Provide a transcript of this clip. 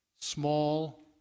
small